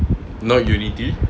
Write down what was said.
not unity